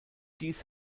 dies